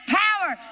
power